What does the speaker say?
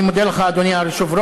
אני מודה לך, אדוני היושב-ראש.